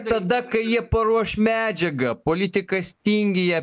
tada kai jie paruoš medžiagą politikas tingi ją